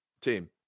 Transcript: team